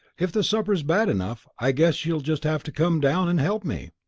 if the supper is bad enough i guess she'll just have to come down and help me.